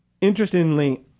Interestingly